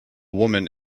woman